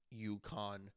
UConn